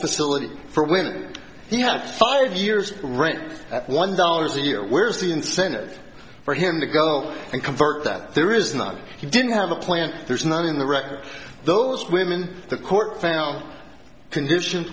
facility for when he had five years right at one dollars a year where's the incentive for him to go and convert that there is not he didn't have a plan there's nothing in the record those women the court found conditions